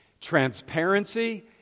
Transparency